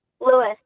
Lewis